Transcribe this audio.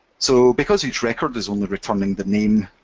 so because each record is only returning the name,